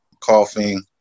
coughing